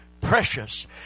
precious